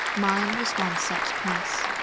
mine was one such class.